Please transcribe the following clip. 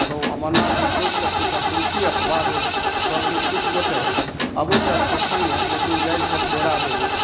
तऽ अमरनाथ जी चौंक कऽ पुछलखिन की अपवाद अछि कहलखिन किछु गोटे अबैत तऽ छथि सङ्गे लेकिन जाइत छथि बेराबेरी